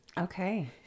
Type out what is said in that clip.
Okay